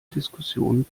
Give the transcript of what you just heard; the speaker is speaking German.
diskussionen